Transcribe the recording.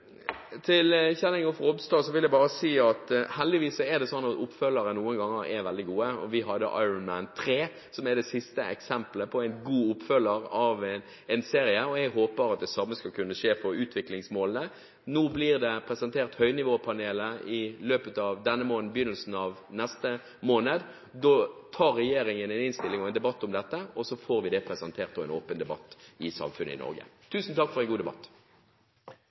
Til Kjell Ingolf Ropstad vil jeg bare si at heldigvis er det slik at oppfølgerne noen ganger er veldig gode. Vi hadde Iron Man 3, som er det siste eksempelet på en god oppfølger av en serie, og jeg håper at det samme skal kunne skje for utviklingsmålene. Nå blir høynivåpanelet presentert i løpet av denne måneden eller begynnelsen av neste måned. Da tar regjeringen en innstilling og en debatt om dette, så får vi det presentert, og vi får en åpen debatt i samfunnet i Norge. Tusen takk for en god debatt.